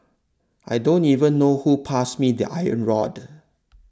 I don't even know who passed me the iron rod